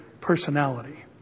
personality